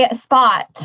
spot